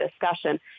discussion